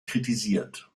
kritisiert